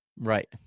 right